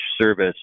service